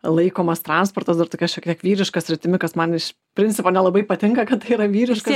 laikomas transportas dar tokia šiek tiek vyriška sritimi kas man iš principo nelabai patinka kad tai yra vyriška